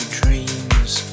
dreams